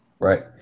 Right